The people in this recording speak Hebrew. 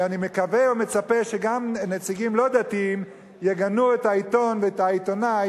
ואני מקווה ומצפה שגם נציגים לא דתיים יגנו את העיתון ואת העיתונאי,